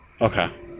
Okay